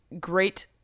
great